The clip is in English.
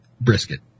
brisket